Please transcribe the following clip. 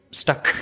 stuck